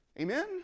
amen